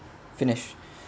finish